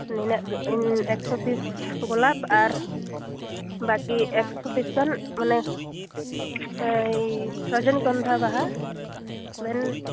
ᱱᱤᱱᱟᱹᱱ ᱮᱠᱥᱳ ᱯᱤᱥ ᱜᱳᱞᱟᱯ ᱟᱨ ᱵᱟᱠᱤ ᱮᱠᱥᱳ ᱯᱤᱥ ᱜᱟᱱ ᱢᱟᱱᱮ ᱳᱭ ᱨᱚᱡᱚᱱᱤᱜᱚᱱᱫᱷᱟ ᱵᱟᱦᱟ ᱢᱮᱱ